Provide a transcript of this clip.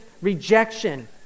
rejection